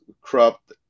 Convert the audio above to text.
cropped